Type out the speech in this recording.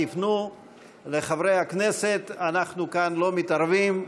תפנו לחברי הכנסת, אנחנו כאן לא מתערבים.